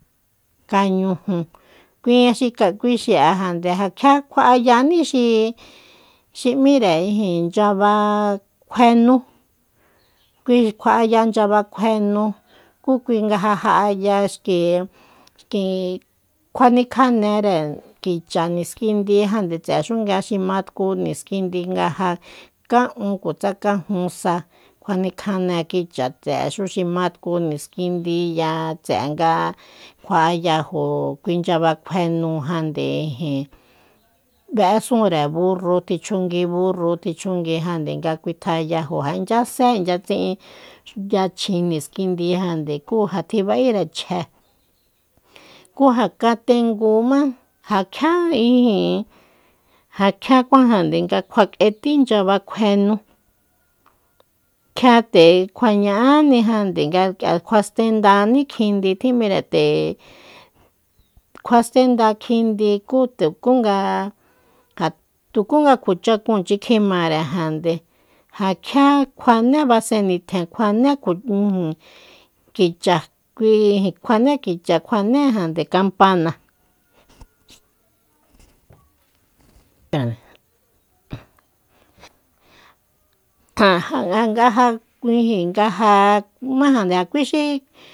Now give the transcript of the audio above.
Kañuju kui nga xi ka kuí xi'a jande ja kjia kju'ayaní xi- xi m'íre nchyaba kjue nú kui kjuaya nchaba kjue nú kú kui nga ja'aya xki- xki kjuanikjanere kicha niskindijande tse'exu xi ma tku niskindi nga ja ka'un utsa kajun sa kjua nikjane kicha tse'e xú xi ma tku niskindi ya tse'eya kjua'ayajo kui nchyaba kjue nú jande ijin be'ésúnre burru tichjungui burru tichjunguijande nga kuitjayajo ja inchya se inchya tsi'in yachjin niskindijande kú ja tjiba'ere chje kú ja katengumá ja kjia ijin ja kjia kuajande kjua k'etí nchyaba kjue nú kjia nde kjua ña'anijande nga k'ia kjuastendaní kjindi tjím'íre nde kjuastenda kjindi kú te kú nga ja tukú nga kjua chakunchi kjimare jande ja kjia kjuané basen nitjen kjuané ku ijin kicha kui kjuané kicha kjuanéjande kampana nga ja kui nga ja kumájande ja kui xi